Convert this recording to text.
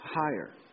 higher